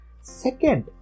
second